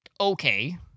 okay